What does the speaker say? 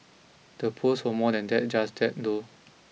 the post were more than that just that though